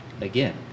Again